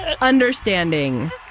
Understanding